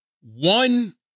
one